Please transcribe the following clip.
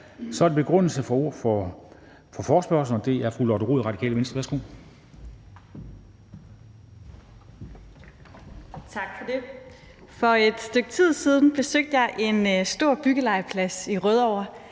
vi have en begrundelse for forespørgslen, og det er fru Lotte Rod, Radikale Venstre.